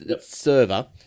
server